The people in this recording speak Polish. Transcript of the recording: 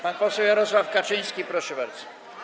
Pan poseł Jarosław Kaczyński, proszę bardzo.